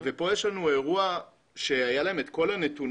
ופה יש לנו אירוע שהיה להם את כל הנתונים,